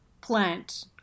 plant